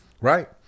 Right